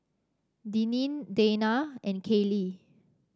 Deneen Dayna and Kayley